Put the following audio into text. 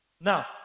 Now